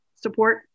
support